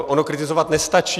Ono kritizovat nestačí.